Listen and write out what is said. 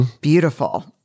Beautiful